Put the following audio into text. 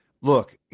look